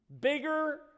Bigger